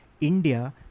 India